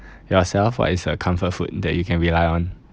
yourself what is a comfort food that you can rely on